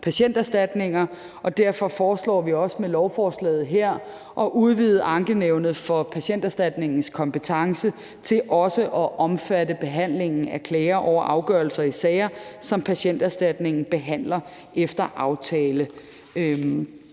patienterstatninger. Derfor foreslår vi også med lovforslaget her at udvide Ankenævnet for Patienterstatningens kompetence til også at omfatte behandlingen af klager over afgørelser i sager, som Patienterstatningen behandler efter aftale